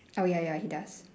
oh ya ya he does